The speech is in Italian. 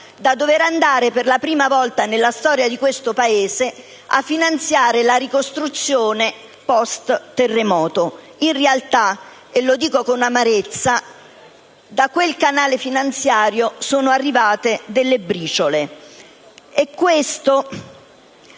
queste entrate, per la prima volta nella storia del nostro Paese, al finanziamento della ricostruzione post terremoto. In realtà - e lo dico con amarezza - da quel canale finanziario sono arrivate solo delle briciole: